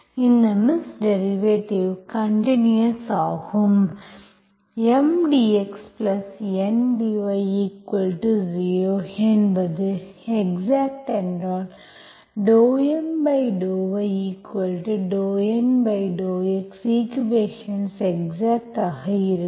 இந்த miss derivatives continuous ஆகும் M dxN dy0 என்பது எக்ஸாக்ட் என்றால் ∂M∂y∂N∂x ஈக்குவேஷன்ஸ் எக்ஸாக்ட் ஆக இருக்கும்